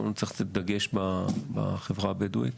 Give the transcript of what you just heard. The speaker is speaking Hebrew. באמת צריכים לתת דגש לנושא הזה בחברה הבדואית,